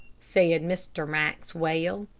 said mr. maxwell.